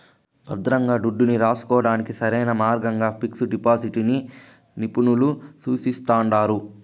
భద్రంగా దుడ్డుని రాసుకోడానికి సరైన మార్గంగా పిక్సు డిపాజిటిని నిపునులు సూపిస్తండారు